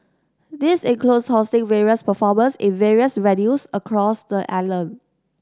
this includes hosting various performers in various venues across the island